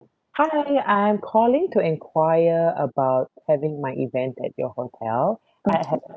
hi I'm calling to enquire about having my event at your hotel I have